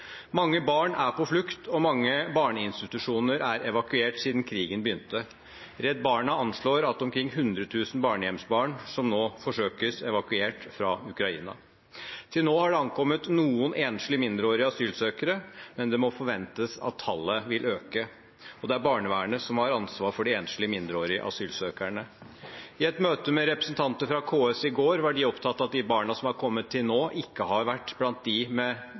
Mange barn er på flukt, og mange barneinstitusjoner er evakuert siden krigen begynte. Redd Barna anslår at omkring 100 000 barnehjemsbarn nå forsøkes evakuert fra Ukraina. Til nå har det ankommet noen enslige mindreårige asylsøkere, men det må forventes at tallet vil øke. Det er barnevernet som har ansvar for de enslige mindreårige asylsøkerne. I et møte med representanter fra KS i går var de opptatt av at de barna som har kommet til nå, ikke har vært blant dem med